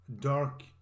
dark